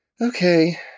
okay